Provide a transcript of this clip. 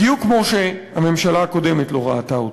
בדיוק כמו שהממשלה הקודמת לא ראתה אותה.